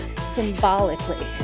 symbolically